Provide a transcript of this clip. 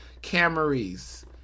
Camrys